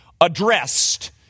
addressed